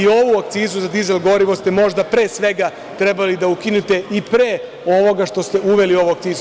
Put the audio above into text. Ovu akcizu za dizel gorivo ste možda pre svega trebali da ukinete i pre ovoga što ste uveli ovu akcizu.